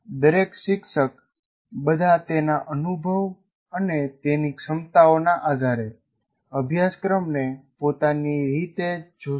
દરેક શિક્ષક બધા તેના અનુભવ અને તેની ક્ષમતાઓના આધારે અભ્યાસક્રમને પોતાની રીતે જોશે